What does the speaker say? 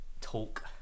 talk